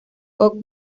cox